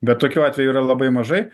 bet tokių atvejų yra labai mažai